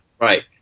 right